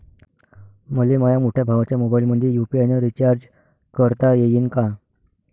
मले माह्या मोठ्या भावाच्या मोबाईलमंदी यू.पी.आय न रिचार्ज करता येईन का?